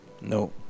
no